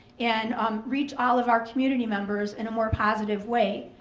and um reach all of our community members in a more positive way.